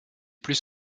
plus